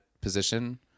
position